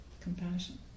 Compassion